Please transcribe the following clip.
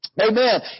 Amen